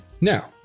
now